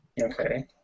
Okay